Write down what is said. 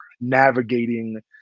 navigating